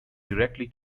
directly